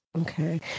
Okay